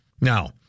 Now